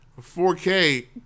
4K